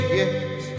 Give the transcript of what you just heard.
yes